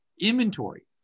Inventory